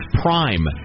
prime